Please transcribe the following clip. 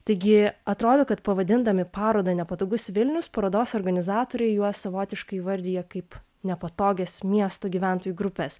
taigi atrodo kad pavadindami parodą nepatogus vilnius parodos organizatoriai juos savotiškai įvardija kaip nepatogias miestų gyventojų grupes